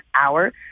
hour